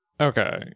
Okay